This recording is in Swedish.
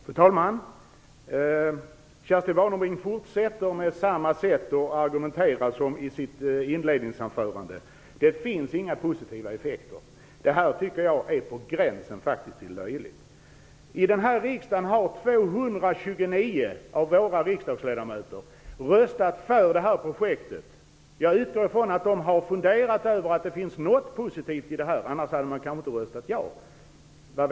Fru talman! Kerstin Warnerbring fortsätter att argumentera på samma sätt som i sitt inledningsanförande. Det finns inga positiva effekter, säger hon. Det tycker jag faktiskt är på gränsen till löjligt. I den här riksdagen har 229 av våra ledamöter röstat för projektet. Jag utgår från att de har funderat över det här och tyckt att det finns något positivt i det, annars skulle de inte ha röstat ja. Men vad vet jag.